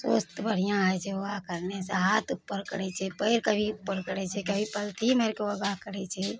स्वास्थय बढ़िआँ होइ छै योगा करय सऽ हाथ उपर करै छै पएर कभी ऊपर करै छै कभी पलथि मारिके योगा करै छै